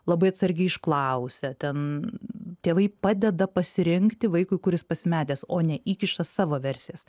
labai atsargiai išklausę ten tėvai padeda pasirinkti vaikui kuris pasimetęs o ne įkiša savo versijas